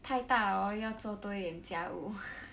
太大 hor 要做多一点家务